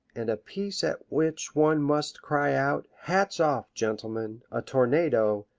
and a piece at which one must cry out hats off, gentlemen! a tornado!